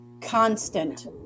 constant